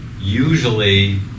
usually